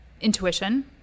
intuition